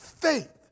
faith